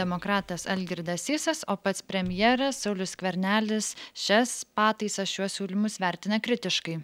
demokratas algirdas sysas o pats premjeras saulius skvernelis šias pataisas šiuos siūlymus vertina kritiškai